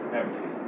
empty